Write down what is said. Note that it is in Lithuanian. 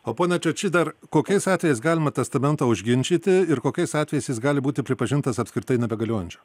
o pone čiočy dar kokiais atvejais galima testamentą užginčyti ir kokiais atvejais jis gali būti pripažintas apskritai nebegaliojančiu